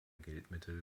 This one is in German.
geldmittel